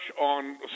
on